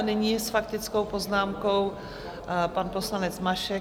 Nyní s faktickou poznámkou pan poslanec Mašek.